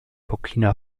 burkina